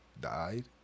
died